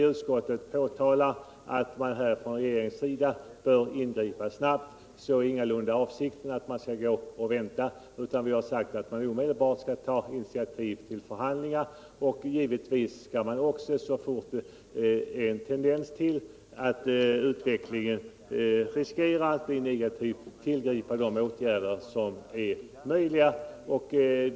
När utskottet framhåller att regeringen bör ingripa snabbt, så är avsikten ingalunda att man skall gå och vänta, utan vi har sagt att man omedelbart skall ta initiativ till förhandlingar, och givetvis skall man så fort det finns en tendens till att utvecklingen riskerar att bli negativ tillgripa de åtgärder som är möjliga.